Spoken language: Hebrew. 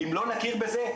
אם לא נכיר בזה,